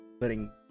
letting